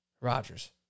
Rodgers